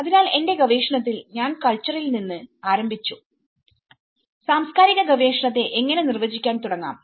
അതിനാൽ എന്റെ ഗവേഷണത്തിൽ ഞാൻ കൾച്ചറിൽ നിന്ന് ആരംഭിച്ചുസാംസ്കാരിക ഗവേഷണത്തെ എങ്ങനെ നിർവചിക്കാൻ തുടങ്ങാം